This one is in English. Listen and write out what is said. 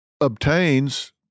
obtains